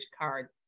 cards